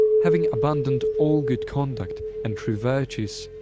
having abandoned all good conduct and true virtues,